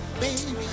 baby